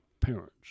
parents